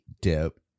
dip